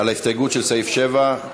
ההסתייגות לחלופין לסעיף 7,